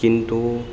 किन्तु